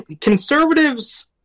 conservatives